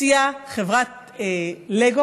הוציאה חברת פליימוביל